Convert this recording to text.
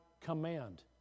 command